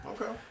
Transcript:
Okay